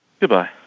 Goodbye